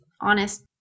honest